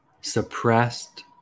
suppressed